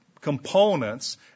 components